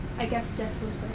i guess jess was